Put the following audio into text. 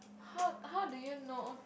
how how do you know